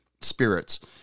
spirits